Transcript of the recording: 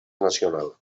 nacional